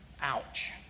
Ouch